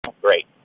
Great